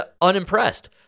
unimpressed